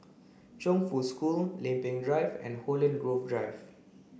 Chongfu School Lempeng Drive and Holland Grove Drive